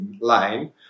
line